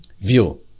view